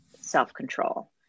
self-control